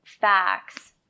facts